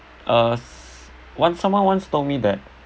uh s~ once someone once told me that